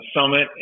summit